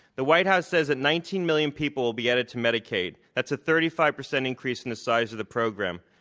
the white house says that nineteen million people will be added to medicaid. that's a thirty five percent increase in the size of the program,